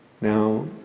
Now